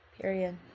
Period